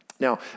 Now